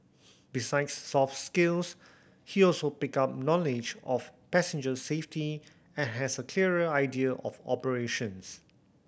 besides soft skills he also picked up knowledge of passenger safety and has a clearer idea of operations